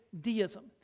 deism